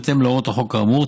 בהתאם להוראות החוק האמור,